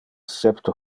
septe